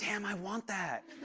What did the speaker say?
and i want that.